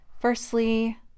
Firstly